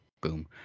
boom